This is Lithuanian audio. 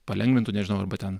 palengvintų nežinau arba ten